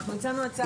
אנחנו הצענו הצעה.